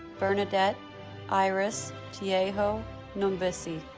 bernadette iris tieho noumbissi